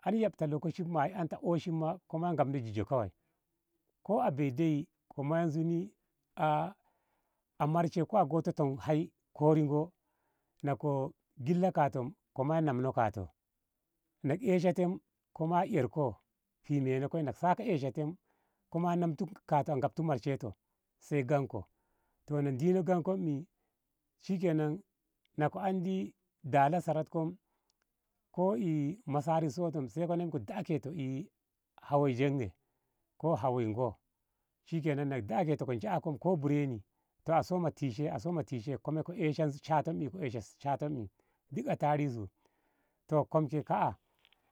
Har yab ta lokoci ma. i an ta oshinma ngabno jijo kawai ko a bei deyi ko moya zuni a marshe ko a goto ton hai kori ngo na ko gilla kato ko moya namno kato na ko esha te ko moya erko na ko moya fimeno saka esha te ko moya ngabti marshen toh kaba gyemko toh na dino gyemkoi ei shikenan na ko an dala saratkom ko masari soto sai nami ko dakito i hawoni ko zonge ko hawoi ngo shikenan na ko daketo hawoi ko bureni toh a soma tishe koi me ko esha sha ento duk a tarensu toh kom ke ka. a